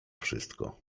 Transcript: wszystko